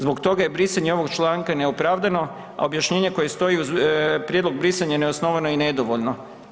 Zbog toga je brisanje ovog članka neopravdano a objašnjenje koje stoji uz prijedlog brisanja je neosnovano i nedovoljno.